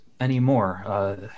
anymore